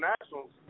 Nationals